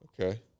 Okay